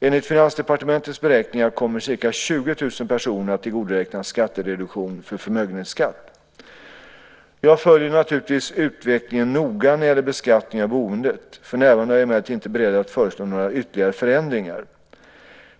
Enligt Finansdepartementets beräkningar kommer ca 20 000 personer att tillgodoräknas skattereduktion för förmögenhetsskatt. Jag följer naturligtvis utvecklingen noga när det gäller beskattningen av boendet. För närvarande är jag emellertid inte beredd att föreslå några ytterligare förändringar.